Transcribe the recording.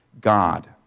God